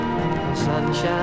Sunshine